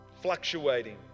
fluctuating